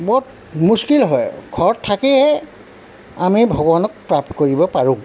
বৰ মুস্কিল হয় ঘৰত থাকিহে আমি ভগৱানক প্ৰাপ্ত কৰিব পাৰোঁ